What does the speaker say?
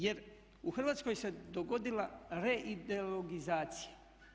Jer u Hrvatskoj se dogodila reideologizacija.